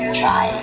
try